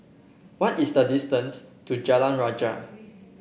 what is the distance to Jalan Raya